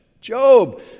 Job